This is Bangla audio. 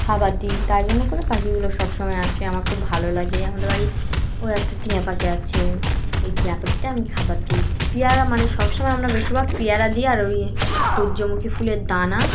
খাবার দিই তাই জন্য করে পাখিগুলো সব সময় আসে আমার খুব ভালো লাগে আমাদের বাড়ি ও একটা টিয়া পাখি আছে ওই টিয়া পাখিটা আমি খাবার দিই পেয়ারা মানে সব সমময় আমরা বেশিরভাগ পেয়ারা দিই আর ওই সূর্যমুখী ফুলের দানা